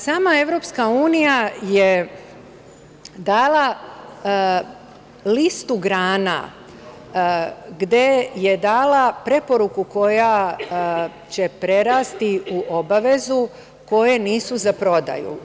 Sama EU je dala listu grana gde je dala preporuku koja će prerasti u obavezu koje nisu za prodaju.